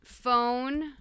Phone